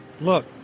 look